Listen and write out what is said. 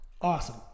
Awesome